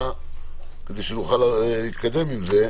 כדי שנוכל להתקדם עם זה.